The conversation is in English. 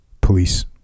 police